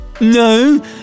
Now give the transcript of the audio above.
No